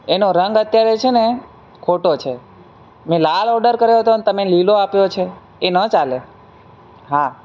એનો રંગ અત્યારે છે ને ખોટો છે મેં લાલ ઓડર કર્યો તો ને તમે લીલો આપ્યો છે એ ન ચાલે હા